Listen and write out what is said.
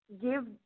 give